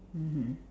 mmhmm